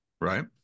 Right